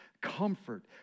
comfort